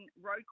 road